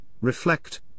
reflect